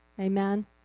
Amen